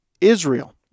Israel